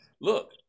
look